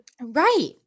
Right